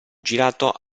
girato